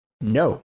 No